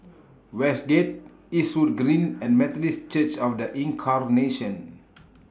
Westgate Eastwood Green and Methodist Church of The Incarnation